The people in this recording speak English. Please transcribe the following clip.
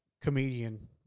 comedian